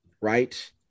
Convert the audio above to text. right